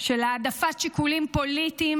של העדפת שיקולים פוליטיים